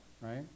right